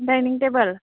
dining table